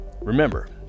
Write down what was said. remember